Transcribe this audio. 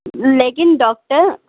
لیکن ڈاکٹر